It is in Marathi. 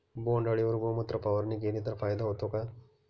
बोंडअळीवर गोमूत्र फवारणी केली तर फायदा होतो का?